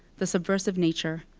the subversive nature,